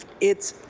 it's